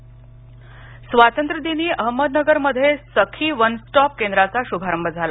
सखी one stop स्वातंत्र्य दिनी अहमदनगरमध्ये सखी वन स्टॉप केंद्राचा शुभारंभ झाला